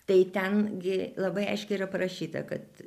tai ten gi labai aiškiai yra parašyta kad